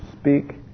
speak